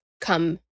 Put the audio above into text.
come